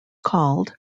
called